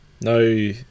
No